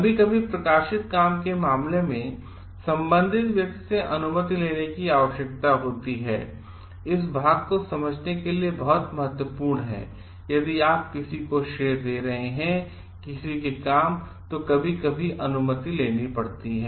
कभी कभी प्रकाशित काम के मामले में संबंधित व्यक्ति से अनुमति लेने की आवश्यकता होती है इस भाग को समझने के लिए बहुत महत्वपूर्ण हैयदि आप किसी का श्रेय दे रहे हैं किसी के काम कभी कभी अनुमति लेनी पड़ती है